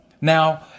Now